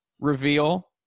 reveal